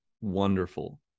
wonderful